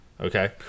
Okay